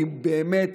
כי באמת